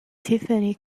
stephanie